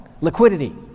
Liquidity